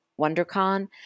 WonderCon